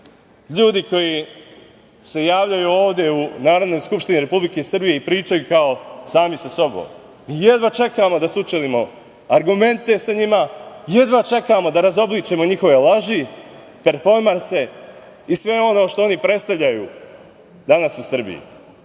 ljudi koji se javljaju ovde u Narodnoj skupštini Republike Srbije i pričaju kao sami sa sobom. Mi jedna čekamo da sučelimo argumente sa njima, jedna čekamo da izobličimo njihove laži, performanse i sve ono što oni predstavljaju danas u Srbiji.